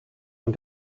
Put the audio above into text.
van